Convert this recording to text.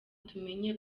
tumenye